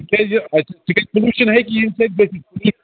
تکیازِ تکیازِ پُلیوشن ہیٚکہِ یِہندِ سۭتۍ گٔژھِتھ